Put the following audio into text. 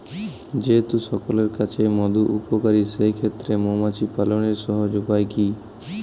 যেহেতু সকলের কাছেই মধু উপকারী সেই ক্ষেত্রে মৌমাছি পালনের সহজ উপায় কি?